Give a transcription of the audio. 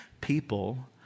people